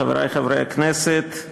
חברי חברי הכנסת,